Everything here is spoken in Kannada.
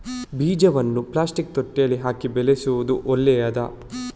ಬೀಜವನ್ನು ಪ್ಲಾಸ್ಟಿಕ್ ತೊಟ್ಟೆಯಲ್ಲಿ ಹಾಕಿ ಬೆಳೆಸುವುದು ಒಳ್ಳೆಯದಾ?